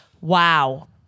Wow